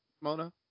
Mona